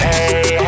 Hey